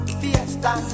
fiesta